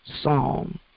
Psalm